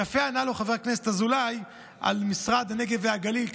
יפה ענה לו חבר הכנסת אזולאי על משרד הנגב הגליל,